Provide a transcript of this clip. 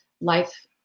life